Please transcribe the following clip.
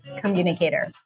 communicator